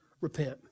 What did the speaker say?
repent